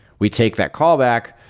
we take that callback,